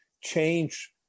change